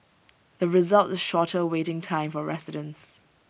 the result is shorter waiting time for residents